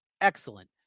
excellent